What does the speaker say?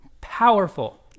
powerful